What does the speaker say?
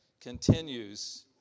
continues